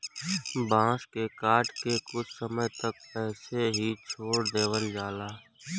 बांस के काट के कुछ समय तक ऐसे ही छोड़ देवल जाला